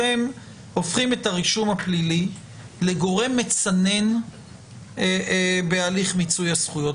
אתם הופכים את הרישום הפלילי לגורם מצנן בהליך מיצוי הזכויות.